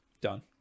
done